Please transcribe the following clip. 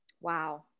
Wow